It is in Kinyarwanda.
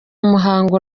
muhango